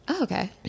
Okay